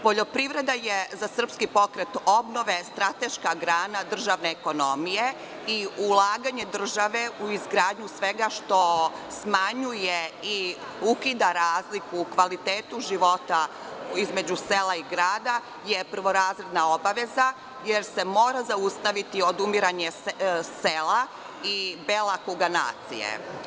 Poljoprivreda je srpski pokret obnove, strateška grana državne ekonomije i ulaganjem države u izgradnju svega što smanjuje i ukida razliku u kvalitetu života između sela i grada je prvorazredna obaveza jer se mora zaustaviti odumiranje sela i bela kuga nacije.